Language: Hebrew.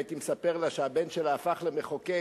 והייתי מספר לה שהבן שלה הפך למחוקק,